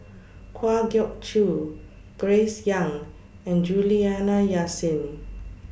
Kwa Geok Choo Grace Young and Juliana Yasin